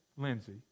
Lindsay